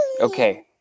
Okay